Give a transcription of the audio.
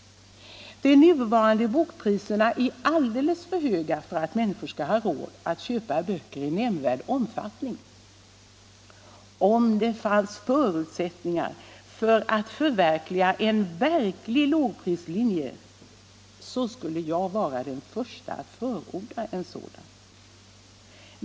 De nuvarande bokpriserna är alldeles för höga för att människor skall ha råd att köpa böcker i nämnvärd omfattning. Om det fanns förutsättningar för att förverkliga en verklig lågprislinje, skulle jag vara den första att förorda en sådan.